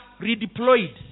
redeployed